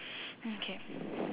okay